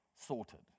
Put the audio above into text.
Sorted